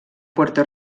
puerto